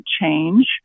change